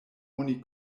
oni